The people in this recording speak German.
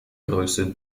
größe